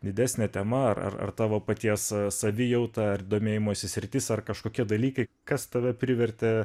didesnė tema ar ar tavo paties savijauta ar domėjimosi sritis ar kažkokie dalykai kas tave privertė